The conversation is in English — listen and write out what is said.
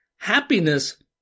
Happiness